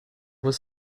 was